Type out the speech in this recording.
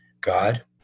God